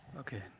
okay.